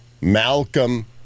Malcolm